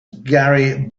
gary